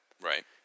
Right